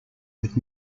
would